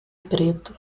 preto